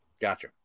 Gotcha